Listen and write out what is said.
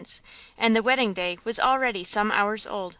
and the wedding day was already some hours old.